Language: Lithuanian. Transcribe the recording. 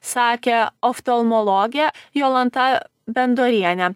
sakė oftalmologė jolanta bendorienė